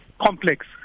complex